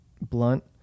blunt